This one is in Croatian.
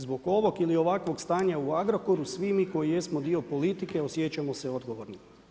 Zbog ovog ili ovakvog stanja u Agrokoru svi mi koji jesmo dio politike osjećamo se odgovornim.